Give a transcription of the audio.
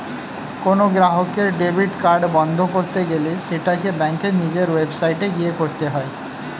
কোনো গ্রাহকের debit card বন্ধ করতে গেলে সেটাকে ব্যাঙ্কের নিজের ওয়েবসাইটে গিয়ে করতে হয়ে